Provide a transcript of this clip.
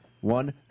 One